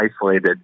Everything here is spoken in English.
isolated